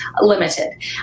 limited